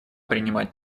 принимать